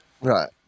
Right